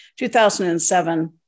2007